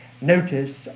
notice